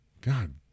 God